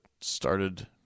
started